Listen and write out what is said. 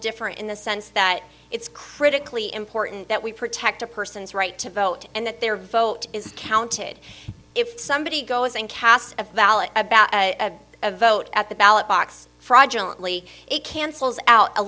different in the sense that it's critically important that we protect a person's right to vote and that their vote is counted if somebody goes and cast a ballot about a vote at the ballot box fraudulent lee it cancels out a